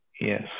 Yes